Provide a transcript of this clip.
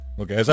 okay